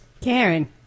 Karen